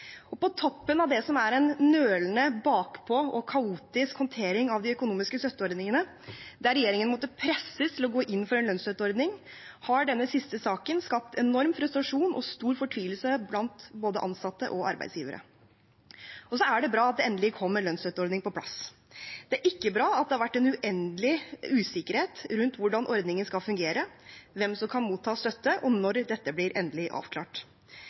Og på toppen av det som er en nølende, bakpå og kaotisk håndtering av de økonomiske støtteordningene, der regjeringen måtte presses til å gå inn for en lønnsstøtteordning, har denne siste saken skapt enorm frustrasjon og stor fortvilelse blant både ansatte og arbeidsgivere. Så er det bra at det endelig kom en lønnsstøtteordning på plass. Det er ikke bra at det har vært en uendelig usikkerhet rundt hvordan ordningen skal fungere, hvem som kan motta støtte, og når dette blir endelig avklart.